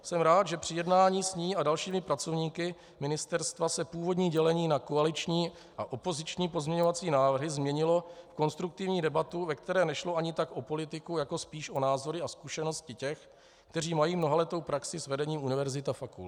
Jsem rád, že při jednání s ní a dalšími pracovníky ministerstva se původní dělení na koaliční a opoziční pozměňovací návrhy změnilo v konstruktivní debatu, ve které nešlo ani tak o politiku jako spíš o názory a zkušenosti těch, kteří mají mnohaletou praxi s vedením univerzit a fakult.